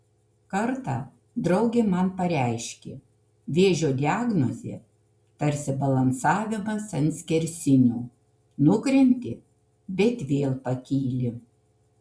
kartą draugė man pareiškė vėžio diagnozė tarsi balansavimas ant skersinio nukrenti bet vėl pakyli